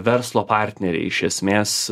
verslo partneriai iš esmės